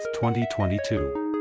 2022